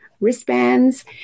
wristbands